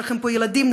יש לכם פה ילדים,